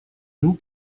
nous